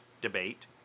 debate